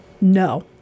No